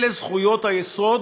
אלה זכויות היסוד